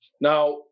Now